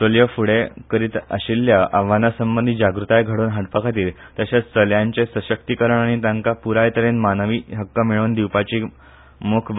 चलयो फुडो करीत आशिल्ल्या आव्हाना संबंदी जागृताय घडोवन हाडपा खातीर तशेंच चलयांचे सशक्तीकरण आनी ताका पुराय तरेन मानवी हक्क मेळोवन दिवपाची मोख बाळगून हो दीस मनयतात